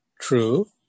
true